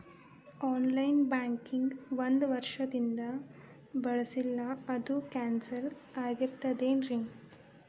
On line banking ಒಂದ್ ವರ್ಷದಿಂದ ಬಳಸಿಲ್ಲ ಅದು ಕ್ಯಾನ್ಸಲ್ ಆಗಿರ್ತದೇನ್ರಿ?